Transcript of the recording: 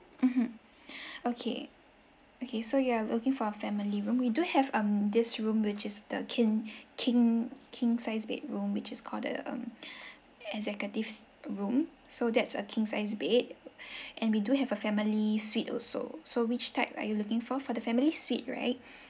mmhmm okay okay so you are looking for a family room we do have um this room which is the king king king sized bedroom which is called the um executives room so that's a king size bed and we do have a family suite also so which type are you looking for for the family suite right